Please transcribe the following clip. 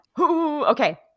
Okay